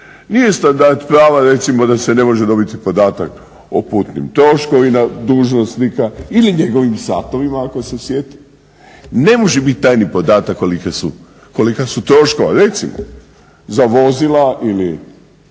Nije standard prava recimo da se ne može dobiti podatak o putnim troškovima dužnosnika ili njegovim satovima ako se sjeti. Ne može biti tajni podatak kolika su troškova recimo za vozila ili